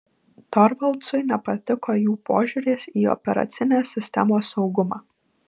torvaldsui nepatiko jų požiūris į operacinės sistemos saugumą